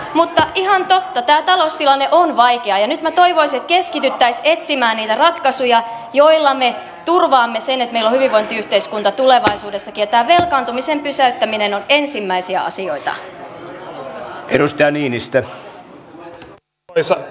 mutta ihan totta tämä taloustilanne on vaikea ja nyt minä toivoisin että keskityttäisiin etsimään niitä ratkaisuja joilla me turvaamme sen että meillä on hyvinvointiyhteiskunta tulevaisuudessakin ja velkaantumisen pysäyttäminen on ensimmäisiä asioita